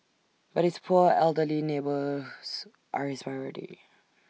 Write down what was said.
but his poor elderly neighbours are his priority